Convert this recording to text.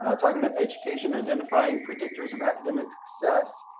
ah talking about education, identifying predictors of academic success.